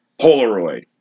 Polaroid